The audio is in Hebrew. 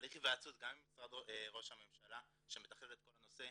הליך היוועצות גם עם משרד ראש הממשלה שמתכלל את כל הנושא,